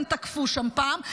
הם תקפו שם פעם.